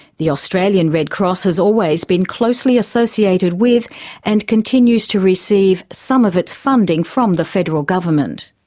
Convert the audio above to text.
the australian red cross has always been closely associated with and continues to receive some of its funding, from the federal government.